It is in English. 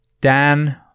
Dan